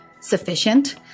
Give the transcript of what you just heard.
sufficient